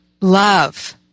love